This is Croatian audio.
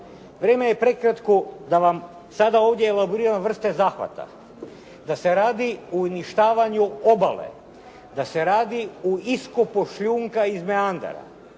Vrijeme je prekratko da vam sada ovdje elaboriram vrste zahvata. Da se radi o uništavanju obale, da se radi o iskopu šljunka iz meandara,